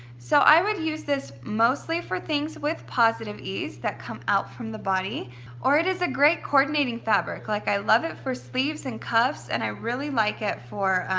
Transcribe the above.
so i would use this mostly for things with positive ease that come out from the body or it is a great coordinating fabric. like i like it for sleeves and cuffs and i really like it for,